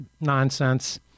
nonsense